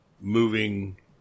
moving